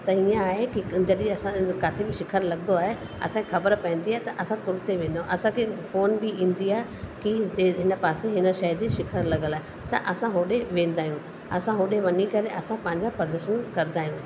त हीअं आहे कि जॾहिं असां किथे बि शिखर लॻंदो आहे असांखे ख़बर पवंदी आहे त असां तुर ते वेंदा आहियूं असांखे फोन बि ईंदी आहे कि हिन पासे हिन शइ जी शिखर लॻियल आहे त असां होॾे वेंदा आहियूं असां होॾे वञी करे असां पंहिंजा प्रदर्शन कंदा आहियूं